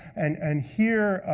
and and here,